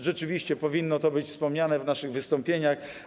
Rzeczywiście to powinno być wspomniane w naszych wystąpieniach.